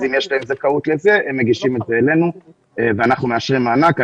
אם יש להם זכאות לזה הם מגישים את זה אלינו ואנחנו מאשרים מענק.